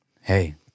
hey